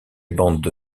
bande